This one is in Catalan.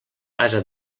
ase